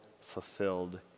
fulfilled